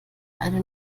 eine